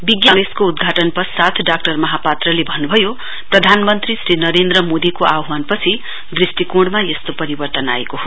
विज्ञान कांग्रेसको उद्घाटन पश्चात डाक्टर महापात्राले भन्नुभयो प्रधानमन्त्री श्री नरेन्द्र मोदीको आह्वान पछि द्रष्टिकोणमा यस्तो परिवर्तन आएको हो